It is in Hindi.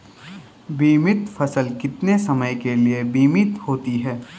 बीमित फसल कितने समय के लिए बीमित होती है?